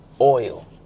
oil